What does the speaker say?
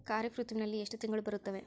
ಖಾರೇಫ್ ಋತುವಿನಲ್ಲಿ ಎಷ್ಟು ತಿಂಗಳು ಬರುತ್ತವೆ?